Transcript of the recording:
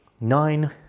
nine